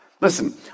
listen